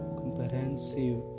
comprehensive